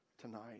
tonight